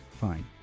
fine